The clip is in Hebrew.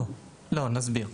לא, נסביר.